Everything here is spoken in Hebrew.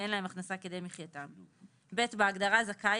ואין להם הכנסה כדי מחיתם."; (ב)בהגדרת "זכאי",